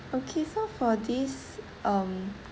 okay so for this um